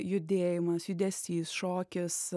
judėjimas judesys šokis